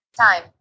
time